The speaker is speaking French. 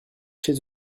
chez